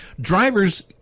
drivers